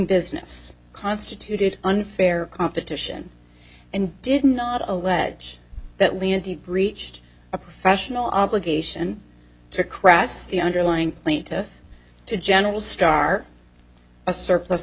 business constituted unfair competition and did not allege that leniency breached a professional obligation to cross the underlying plaintiff to general starr a surplus